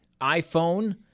iPhone